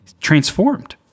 transformed